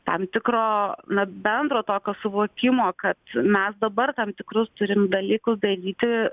tam tikro na bendro tokio suvokimo kad mes dabar tam tikrus turim dalykus daryti